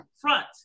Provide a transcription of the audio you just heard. front